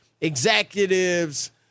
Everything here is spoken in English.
executives